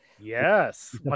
Yes